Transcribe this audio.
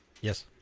Yes